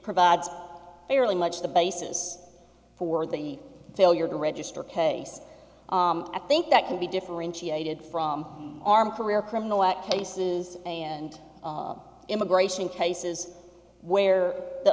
provides fairly much the basis for the failure to register case i think that could be differentiated from armed career criminal cases and immigration cases where the